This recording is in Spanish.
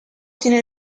tiene